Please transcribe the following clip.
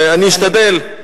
אני אשתדל.